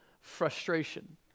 frustration